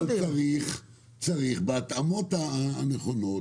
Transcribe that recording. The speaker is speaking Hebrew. צריך בהתאמות הנכונות